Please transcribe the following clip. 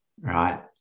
right